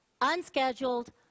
unscheduled